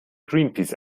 greenpeace